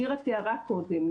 שירה תיארה קודם,